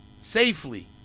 safely